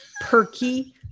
perky